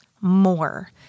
more